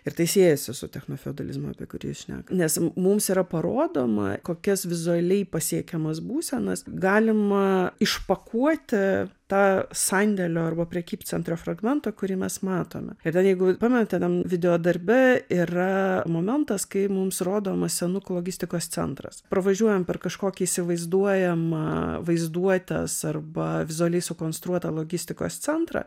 ir tai siejasi su technofeodalizmu kurį šnekam nes mums yra parodoma kokias vizualiai pasiekiamas būsenas galima išpakuoti tą sandėlio arba prekybcentrio fragmentą kurį mes matome ir ten jeigu pamenate videodarbe yra momentas kai mums rodomas senukų logistikos centras pravažiuojam per kažkokį įsivaizduojamą vaizduotės arba vizualiai sukonstruotą logistikos centrą